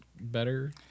better